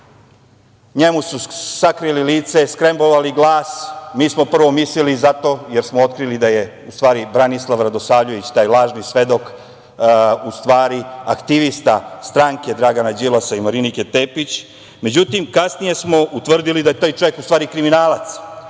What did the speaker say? Njemu su sakrili lice, skrembovali glas. Mi smo prvo mislili za to jer smo otkrili da je u stvari Branislav Radosavljević taj lažni svedok, u stvari aktivista stranke Dragana Đilasa i Marinike Tepić.Međutim, kasnije smo utvrdili da je taj čovek u stvari kriminalac,